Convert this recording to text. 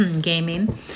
gaming